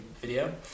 video